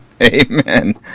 Amen